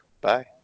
Bye